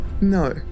No